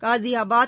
Ghaziabad